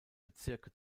bezirke